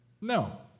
No